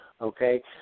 okay